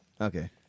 okay